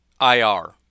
IR